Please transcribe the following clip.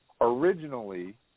originally